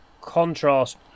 contrast